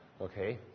Okay